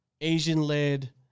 asian-led